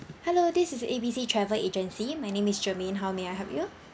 hello this is A B C travel agency my name is germane how may I help you